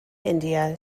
india